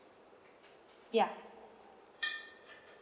ya